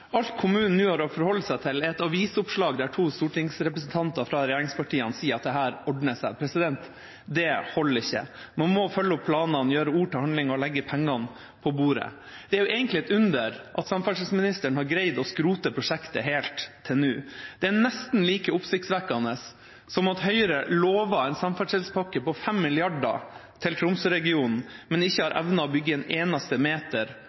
Alt kommunen nå har å forholde seg til, er et avisoppslag der to stortingsrepresentanter fra regjeringspartiene sier at dette ordner seg. Det holder ikke, man må følge opp planene, gjøre ord til handlinger og legge pengene på bordet. Det er egentlig et under at samferdselsministeren har greid å skrote prosjektet helt til nå. Det er nesten like oppsiktsvekkende som at Høyre lovet en samferdselspakke på 5 mrd. kr til Tromsø-regionen, men ikke har evnet å bygge en eneste meter